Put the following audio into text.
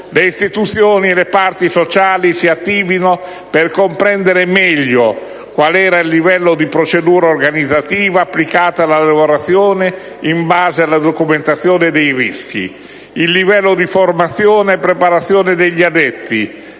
le istituzioni e le parti sociali si attivino per comprendere meglio qual era il livello di procedura organizzativa applicato nelle lavorazioni in base alla documentazione dei rischi, il livello di formazione e preparazione degli addetti,